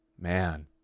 man